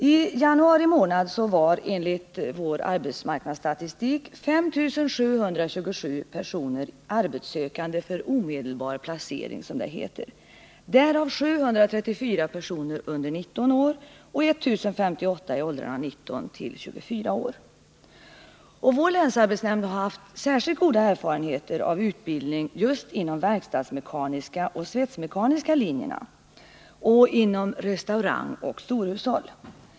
I januari månad fanns det enligt vår arbetsmarknadsstatistik 5 727 arbetssökande för, som det heter, omedelbar placering, varav 734 var under 19 år och 1058 i åldern 19-24 år. Vår länsarbetsnämnd har haft särskilt goda erfarenheter av utbildning inom de verkstadsmekaniska och svetsmekaniska linjerna samt inom restaurang och storhushåll.